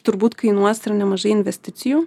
turbūt kainuos ir nemažai investicijų